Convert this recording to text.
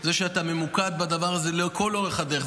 זה שאתה ממוקד בדבר הזה לכל אורך הדרך,